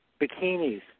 bikinis